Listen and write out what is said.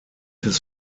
his